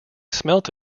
smelt